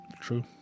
true